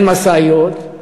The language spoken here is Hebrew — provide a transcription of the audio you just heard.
אין משאיות.